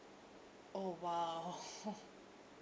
oh !wow!